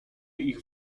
ich